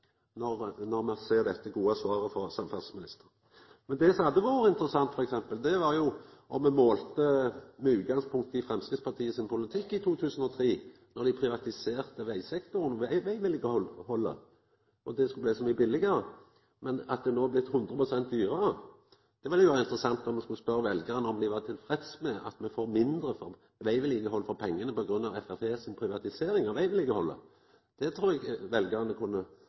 når me ser dette gode svaret frå samferdselsministeren. Det som hadde vore interessant f.eks., var om me målte med utgangspunkt i Framstegspartiet sin politikk i 2003, då dei privatiserte vegsektoren og vegvedlikehaldet, og det skulle bli så mykje billegare. No har det blitt 100 pst. dyrare. Det ville vore interessant om ein skulle spørja veljarane om dei var tilfredse med at me fekk mindre vegvedlikehald for pengane på grunn av Framstegspartiet si privatisering av vegvedlikehaldet. Det trur eg veljarane kunne